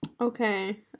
Okay